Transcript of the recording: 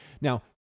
Now